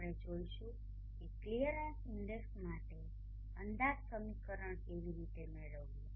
આપણે જોઈશું કે ક્લિયરન્સ ઇન્ડેક્સ માટે અંદાજ સમીકરણ કેવી રીતે મેળવવું